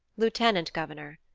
lieutenant-governor.